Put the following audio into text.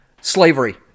slavery